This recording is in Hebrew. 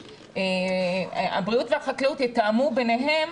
הבריאות והחקלאות יתאמו ביניהם